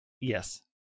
Yes